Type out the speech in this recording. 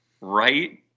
right